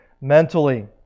Mentally